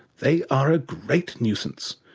they are a great nuisance,